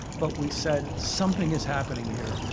but we said something is happening here.